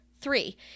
Three